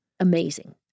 Amazing